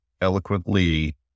eloquently